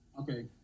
okay